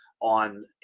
on